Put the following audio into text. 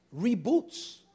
reboots